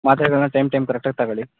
ಮಾತ್ರೆಗಳನ್ನ time time correct ಆಗಿ ತಗೊಳ್ಳಿ